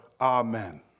Amen